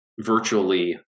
virtually